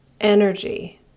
energy